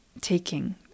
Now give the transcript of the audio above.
taking